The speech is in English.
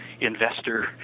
investor